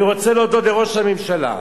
אני רוצה להודות לראש הממשלה,